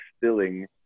distilling